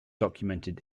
documented